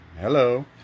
hello